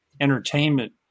entertainment